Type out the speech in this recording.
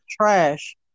trash